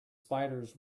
spiders